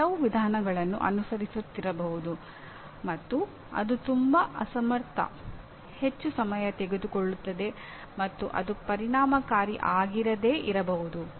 ನೀವು ಕೆಲವು ವಿಧಾನವನ್ನು ಅನುಸರಿಸುತ್ತಿರಬಹುದು ಮತ್ತು ಅದು ತುಂಬಾ ಅಸಮರ್ಥ ಹೆಚ್ಚು ಸಮಯ ತೆಗೆದುಕೊಳ್ಳುತ್ತದೆ ಮತ್ತು ಅದು ಪರಿಣಾಮಕಾರಿ ಆಗಿರದೇ ಇರಬಹುದು